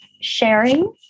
sharing